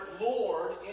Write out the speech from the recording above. Lord